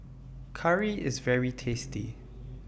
Curry IS very tasty